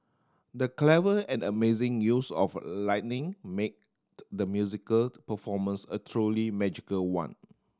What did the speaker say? the clever and amazing use of lighting made the musical performance a truly magical one